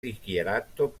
dichiarato